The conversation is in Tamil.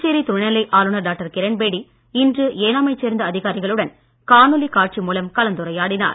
புதுச்சேரி துணைநிலை ஆளுநர் டாக்டர் கிரண் பேடி இன்று ஏனாமைச் சேர்ந்த அதிகாரிகளுடன் காணொளிக் காட்சி மூலம் கலந்துரையாடினார்